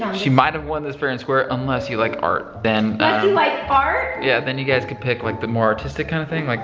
she might have won this fair and square, unless you like art, then like art? yeah, then you guys could pick like the more artistic kind of thing. like